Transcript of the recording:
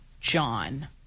John